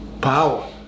power